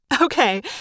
Okay